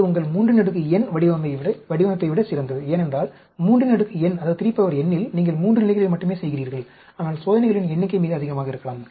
இது உங்கள் 3n வடிவமைப்பை விட சிறந்தது ஏனென்றால் 3n இல் நீங்கள் 3 நிலைகளில் மட்டுமே செய்கிறீர்கள் ஆனால் சோதனைகளின் எண்ணிக்கை மிக அதிகமாக இருக்கலாம்